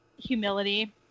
humility